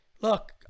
look